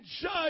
judge